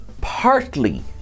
partly